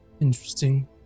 Interesting